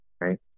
right